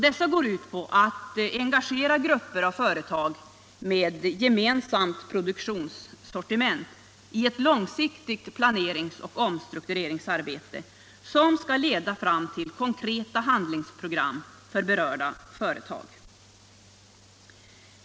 Detta går ut på att engagera grupper av företag med gemensamt produktsortiment i ett långsiktigt planerings och omstruktureringsarbete, som skall leda fram till konkreta handlingsprogram för berörda företag.